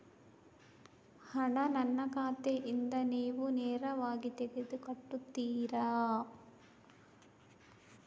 ಹಣ ನನ್ನ ಖಾತೆಯಿಂದ ನೀವು ನೇರವಾಗಿ ತೆಗೆದು ಕಟ್ಟುತ್ತೀರ?